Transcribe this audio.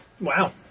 Wow